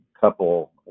couple